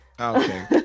Okay